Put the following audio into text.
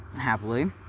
happily